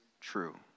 true